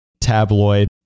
tabloid